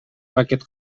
аракет